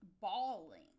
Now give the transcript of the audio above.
bawling